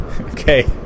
okay